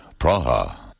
Praha